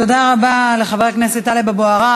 תודה רבה לחבר הכנסת טלב אבו עראר.